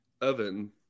oven